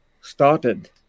started